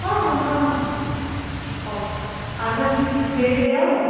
ହଁ ହଁ ହଁ ହଁ ହଉ ଆଡ଼ଭାନ୍ସ କି ଦେଇ ଦେଇ ଯାଅ ଆଉ